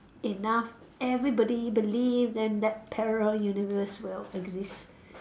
enough everybody believe then that parallel universe will exist